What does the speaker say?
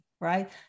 right